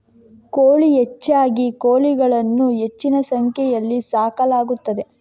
ಕೋಳಿ ಹೆಚ್ಚಾಗಿ ಕೋಳಿಗಳನ್ನು ಹೆಚ್ಚಿನ ಸಂಖ್ಯೆಯಲ್ಲಿ ಸಾಕಲಾಗುತ್ತದೆ